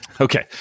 Okay